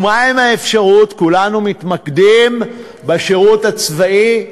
כולנו מתמקדים בשירות הצבאי.